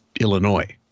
Illinois